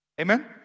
Amen